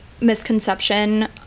misconception